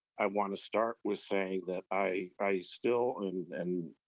i want to start with saying that i i still, and and